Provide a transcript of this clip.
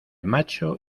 macho